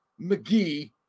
McGee